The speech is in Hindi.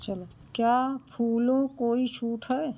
चलो क्या फूलों कोई छूट है